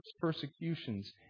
persecutions